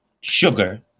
sugar